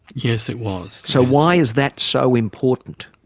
yes it was. so why is that so important?